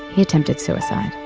he attempted suicide.